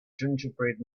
gingerbread